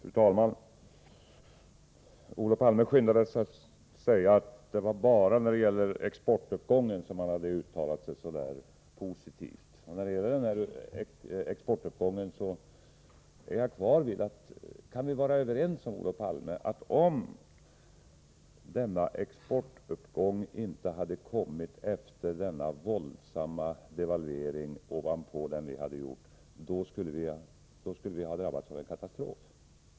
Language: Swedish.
Fru talman! Olof Palme skyndade sig att säga att det bara var exportuppgången som man hade uttalat sig positivt om. Jag står fast vid uppfattningen — som jag tycker att Olof Palme och jag kan vara överens om — att om exportuppgången inte hade kommit efter denna våldsamma devalvering ovanpå den devalvering som vi hade genomfört, skulle vi ha drabbats av en katastrof.